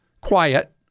quiet